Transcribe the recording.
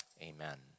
amen